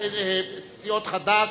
סיעות חד"ש,